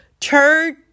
church